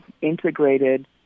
integrated